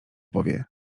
powie